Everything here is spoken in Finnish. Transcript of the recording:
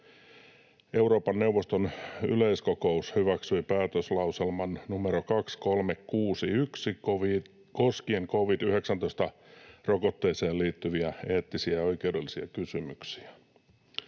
Euroopan neuvoston yleiskokous hyväksyi päätöslauselman numero 2361 koskien covid-19-rokotteeseen liittyviä eettisiä ja oikeudellisia kysymyksiä.